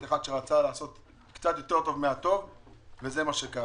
אחד שרצה לעשות קצת יותר טוב מהטוב וזה מה שקרה